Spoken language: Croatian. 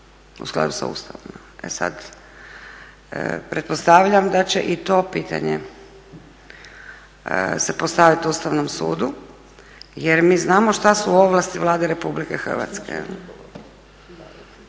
u skladu sa Ustavom. E sad, pretpostavljam da će i to pitanje se postaviti Ustavnom sudu, jer mi znamo šta su ovlasti Vlade RH.